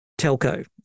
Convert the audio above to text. telco